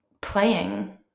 playing